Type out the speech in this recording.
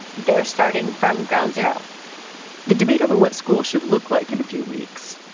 they're starting from ground zero the debate over what schools should look like in a few weeks,